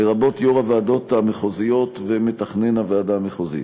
לרבות יושב-ראש הוועדות המחוזיות ומתכנן הוועדה המחוזית.